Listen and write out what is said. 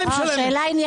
אוה, שאלה עניינית.